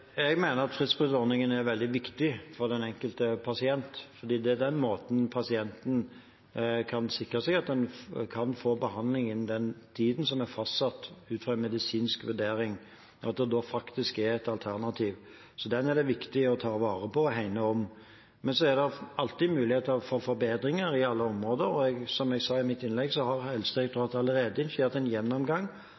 Jeg mener at fristbruddordningen er veldig viktig for den enkelte pasient, for det er på den måten pasientene kan sikre seg at de kan få behandling innen den tiden som er fastsatt ut fra en medisinsk vurdering, og at det faktisk er et alternativ. Så den er det viktig å ta vare på og hegne om. Men det er alltid muligheter for forbedringer på alle områder. Som jeg sa i mitt innlegg, har